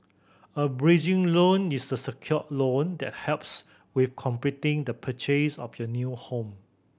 a bridging loan is a secured loan that helps with completing the purchase of your new home